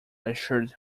assured